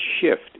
shift